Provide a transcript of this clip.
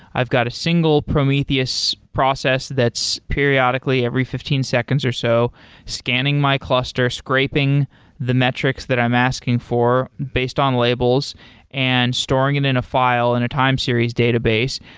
i've got a single prometheus process that's periodically every fifteen seconds or so scanning my cluster, scraping the metrics that i'm asking for based on labels and storing it in a file in a time series database.